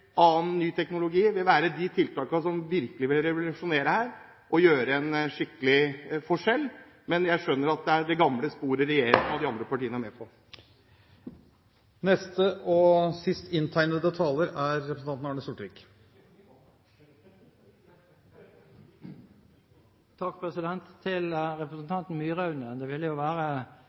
annen ny teknologi vil være de tiltakene som virkelig vil revolusjonere her og gjøre en skikkelig forskjell. Men jeg skjønner at det er det gamle sporet regjeringen og de andre partiene er med